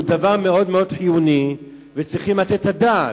הוא דבר מאוד חיוני וצריך לתת עליו את הדעת.